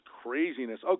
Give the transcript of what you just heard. craziness